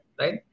right